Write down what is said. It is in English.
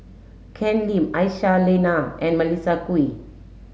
Ken Lim Aisyah Lyana and Melissa Kwee